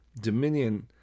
Dominion